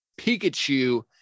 Pikachu